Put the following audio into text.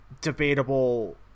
debatable